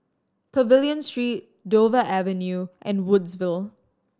Pavilion Street Dover Avenue and Woodsville